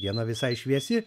diena visai šviesi